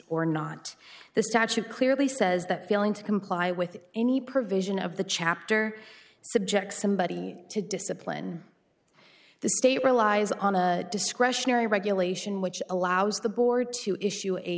or not the statute clearly says that failing to comply with any provision of the chapter subject somebody to discipline the state relies on a discretionary regulation which allows the board to issue a